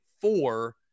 four